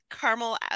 caramel